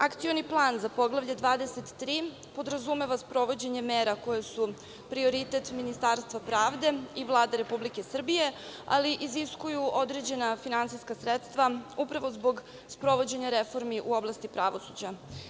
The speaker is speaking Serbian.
Akcioni plan za Poglavlje 23 podrazumeva sprovođenje mera koje su prioritet Ministarstva pravde i Vlade Republike Srbije, ali iziskuju određena finansijska sredstva upravo zbog sprovođenja reformi u oblasti pravosuđa.